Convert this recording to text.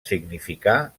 significà